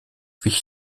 wich